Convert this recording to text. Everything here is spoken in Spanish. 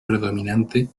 predominante